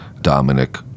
Dominic